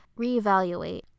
reevaluate